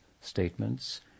statements